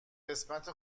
قسمت